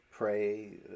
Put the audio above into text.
pray